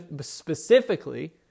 specifically